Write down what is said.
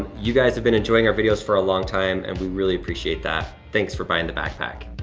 you guys have been enjoying our videos for a long time, and we really appreciate that. thanks for buying the backpack.